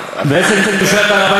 האמת, תביא, אני לא יודע כבר.